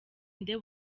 nde